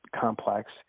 complex